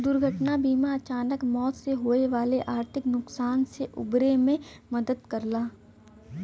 दुर्घटना बीमा अचानक मौत से होये वाले आर्थिक नुकसान से उबरे में मदद करला